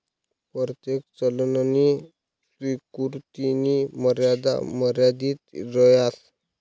परतेक चलननी स्वीकृतीनी मर्यादा मर्यादित रहास